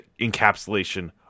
encapsulation